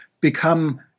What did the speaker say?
become